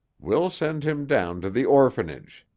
we'll send him down to the orphanage.